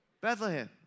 Bethlehem